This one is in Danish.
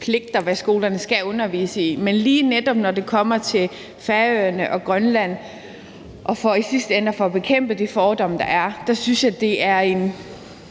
til hvad skolerne skal undervise i. Men lige netop når det kommer til Færøerne og Grønland i forhold til i sidste ende at få bekæmpet de fordomme, der er, synes jeg, det er en